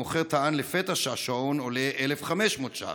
המוכר טען לפתע שהשעון עולה 1,500 שקלים.